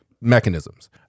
mechanisms